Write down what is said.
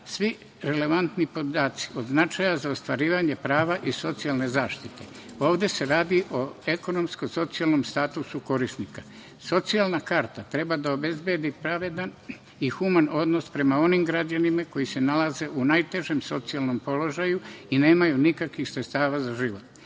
sve relevantne podatke od značaja za ostvarivanje prava i socijalne zaštite. Ovde se radi o ekonomsko-socijalnom statusu korisnika. Socijalna karta treba da obezbedi pravedan i human odnos prema onim građanima koji se nalaze u najtežem socijalnom položaju i nemaju nikakvih sredstava za život.